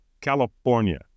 California